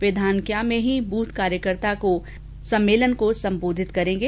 वे धानक्या में ही बूथ कार्यकर्ता सम्मेलन को सम्बोधित करेंगे